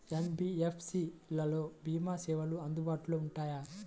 NBFC లలో భీమా సేవలు అందుబాటులో ఉంటాయా?